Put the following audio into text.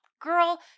Girl